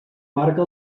marca